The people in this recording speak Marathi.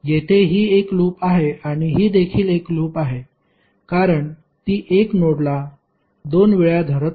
येथे ही एक लूप आहे आणि ही देखील एक लूप आहे कारण ती 1 नोडला 2 वेळा धरत नाही